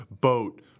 boat –